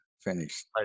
finished